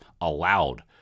allowed